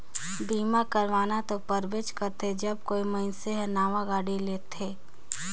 बीमा करवाना तो परबेच करथे जब कोई मइनसे हर नावां गाड़ी लेथेत